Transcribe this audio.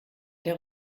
der